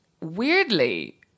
Weirdly